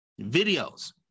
videos